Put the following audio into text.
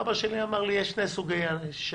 אבא שלי אמר לי: יש שני סוגי אנשים